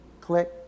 click